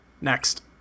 Next